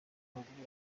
abagore